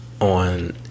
On